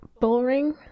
boring